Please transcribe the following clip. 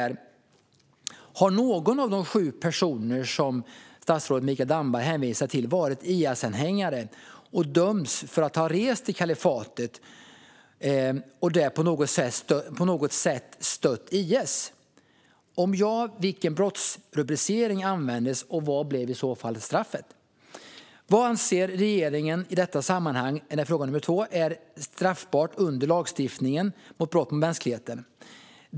Fråga nummer ett är: Har någon av de sju personer som statsrådet Mikael Damberg hänvisar till varit IS-anhängare och dömts för att ha rest till kalifatet och där på något sätt stött IS? Om svaret är ja undrar jag: Vilken brottsrubricering användes, och vad blev straffet? Fråga nummer två är: Vad anser regeringen i detta sammanhang är straffbart under lagstiftningen om brott mot mänskligheten?